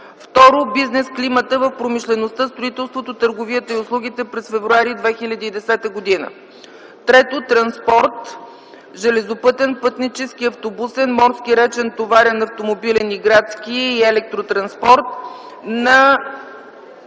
г. 2. Бизнес климата в промишлеността, строителството, търговията и услугите през м. февруари 2010 г. 3. Транспорт – железопътен, пътнически, автобусен, морски, речен, товарен, автомобилен и градски и електротранспорт за